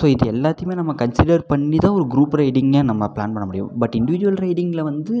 so இது எல்லாத்தையுமே நம்ம கன்சிடர் பண்ணி தான் ஒரு குரூப் ரைடிங்கை நம்ம பிளான் பண்ண முடியும் பட் இண்டிவிஜுவல் ரைடிங்கில் வந்து